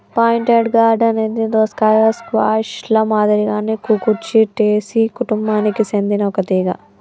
pointed gourd అనేది దోసకాయ, squash ల మాదిరిగానే కుకుర్చిటేసి కుటుంబానికి సెందిన ఒక తీగ